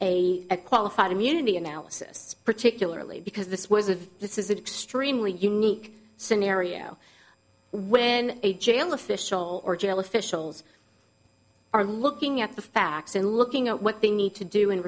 a qualified immunity analysis particularly because this was a this is an extremely unique scenario when a jail official or jail officials are looking at the facts and looking at what they need to do in